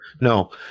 No